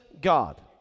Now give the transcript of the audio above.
God